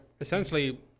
essentially